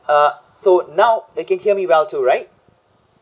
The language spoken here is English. uh so now you can hear me well too right